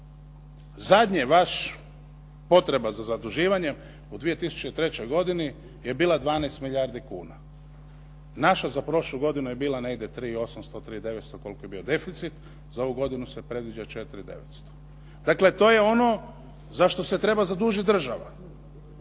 Zadnja vaša potreba za zaduživanjem u 2003. godini je bila 12 milijardi kuna, naša za prošlu godinu je bila negdje 3 i 800, 3 i 900 koliko je bio deficit, za ovu godinu se predviđa 4 i 900. Dakle, to je ono za što se treba zadužiti država.